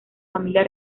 familia